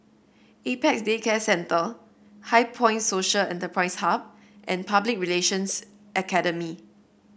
Apex Day Care Centre HighPoint Social Enterprise Hub and Public Relations Academy